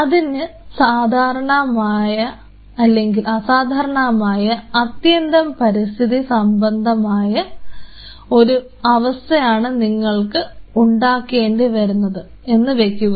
അതിന് അസാധാരണമായ അത്യന്തം പരിസ്ഥിതി സംബന്ധമായ ഒരു അവസ്ഥയാണ് നിങ്ങൾക്ക് ഉണ്ടാക്കേണ്ടി വരുന്നത് എന്ന് വയ്ക്കുക